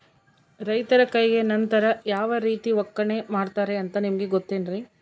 ರೈತರ ಕೈಗೆ ನಂತರ ಯಾವ ರೇತಿ ಒಕ್ಕಣೆ ಮಾಡ್ತಾರೆ ಅಂತ ನಿಮಗೆ ಗೊತ್ತೇನ್ರಿ?